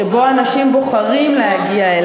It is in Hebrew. ברושים בכניסה, שאליו אנשים בוחרים להגיע,